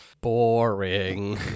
boring